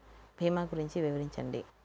భీమా గురించి వివరించండి?